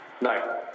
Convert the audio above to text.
No